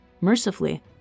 Mercifully